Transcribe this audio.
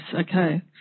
okay